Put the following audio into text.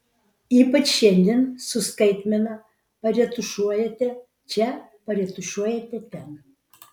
ypač šiandien su skaitmena paretušuojate čia paretušuojate ten